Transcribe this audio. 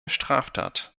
straftat